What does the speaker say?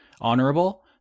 honorable